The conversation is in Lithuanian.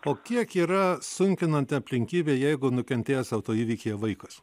o kiek yra sunkinanti aplinkybė jeigu nukentėjęs autoįvykyje vaikas